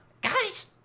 Guys